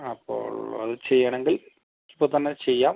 അപ്പോൾ അത് ചെയ്യണമെങ്കിൽ ഇപ്പം തന്നെ ചെയ്യാം